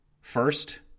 First